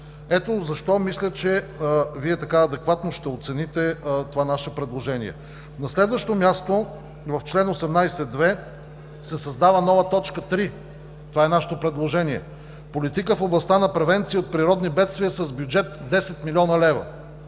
Ето защо мисля, че Вие адекватно ще оцените това наше предложение. На следващо място, в чл. 18 – 2. се създава нова т. 3 – това е нашето предложение: „Политика в областта на превенция от природни бедствия“ с бюджет 10 млн. лв.,